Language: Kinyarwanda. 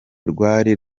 rwari